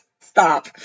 stop